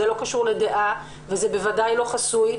זה לא קשור לדעה וזה בוודאי לא חסוי,